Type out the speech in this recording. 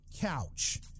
couch